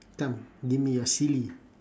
come give me your silly